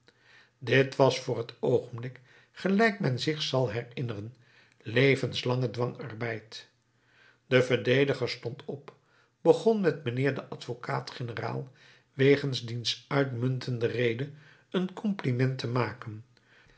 dit was voor t oogenblik gelijk men zich zal herinneren levenslange dwangarbeid de verdediger stond op begon met mijnheer den advocaat generaal wegens diens uitmuntende rede een compliment te maken